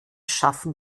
schaffen